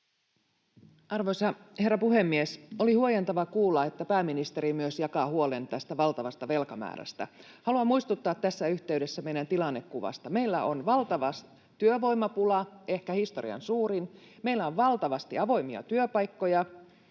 Arvoisa herra puhemies! Oli huojentavaa kuulla, että myös pääministeri jakaa huolen tästä valtavasta velkamäärästä. Haluan muistuttaa tässä yhteydessä meidän tilannekuvasta: Meillä on valtava työvoimapula,